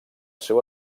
seu